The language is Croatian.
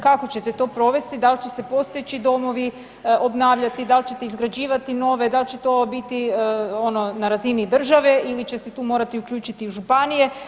Kako ćete to provesti, dal će se postojeći domovi obnavljati, dal ćete izgrađivati nove, da li će to biti ono na razini države ili će se tu morati uključiti i županije?